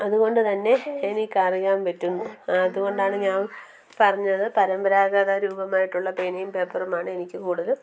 അതുകൊണ്ട് തന്നെ എനിക്കറിയാൻ പറ്റും അതുകൊണ്ടാണ് ഞാൻ പറഞ്ഞത് പരമ്പരാഗത രൂപമായിട്ടുള്ള പേനയും പേപ്പറുമാണ് എനിക്ക് കൂടുതൽ